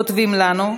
כותבים לנו: